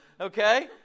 okay